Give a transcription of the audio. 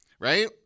right